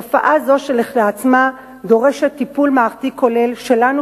תופעה זו כשלעצמה דורשת טיפול מערכתי כולל שלנו,